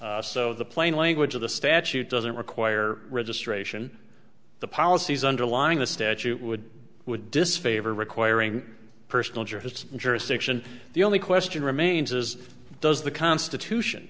so the plain language of the statute doesn't require registration the policies underlying the statute would would disfavor requiring personal jurists jurisdiction the only question remains is does the constitution